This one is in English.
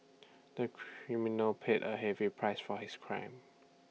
the criminal paid A heavy price for his crime